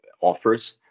offers